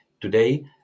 today